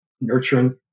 nurturing